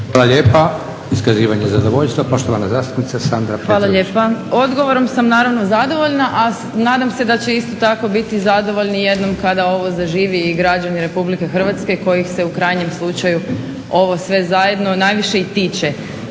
Hvala lijepa. Iskazivanje zadovoljstva, poštovana zastupnica Sandra Petrović. **Petrović Jakovina, Sandra (SDP)** Hvala lijepa. Odgovorom sam naravno zadovoljna, a nadam se da će isto tako biti zadovoljni jednom kada ovo zaživi i građani Republike Hrvatske kojih se u krajnjem slučaju ovo sve zajedno najviše i tiče.